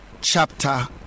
chapter